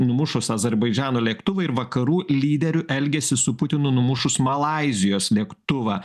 numušus azerbaidžano lėktuvui ir vakarų lyderių elgesį su putinu numušus malaizijos lėktuvą